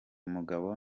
mugabo